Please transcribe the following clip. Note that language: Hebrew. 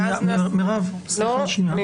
מירב, סליחה שנייה.